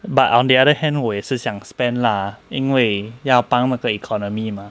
but on the other hand 我也是想 spend lah 因为要帮那个 economy mah